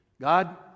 God